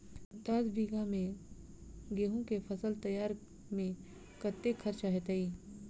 दस बीघा मे गेंहूँ केँ फसल तैयार मे कतेक खर्चा हेतइ?